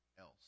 else